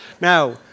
Now